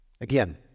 Again